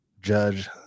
judge